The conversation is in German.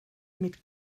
mit